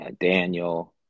Daniel